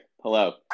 Hello